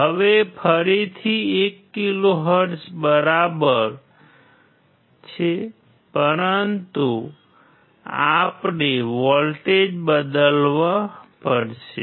હવે ફરીથી 1 કિલોહર્ટ્ઝ બરાબર છે ઉપરંતુ અમારે વોલ્ટેજ બદલવું પડ્યું